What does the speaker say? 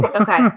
Okay